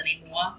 anymore